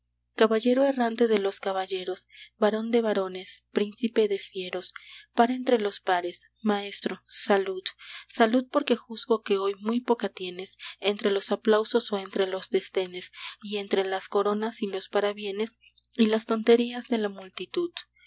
caballero errante de los caballeros barón de varones príncipe de fieros par entre los pares maestro salud salud porque juzgo que hoy muy poca tienes entre los aplausos o entre los desdenes y entre las coronas y los parabienes y las tonterías de la multitud